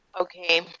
Okay